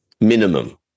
Minimum